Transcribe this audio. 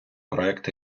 проект